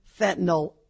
fentanyl